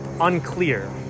unclear